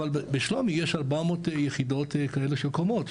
אבל בשלומי יש 400 יחידות כאלה של קומות,